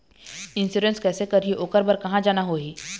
Insurance कैसे करही, ओकर बर कहा जाना होही?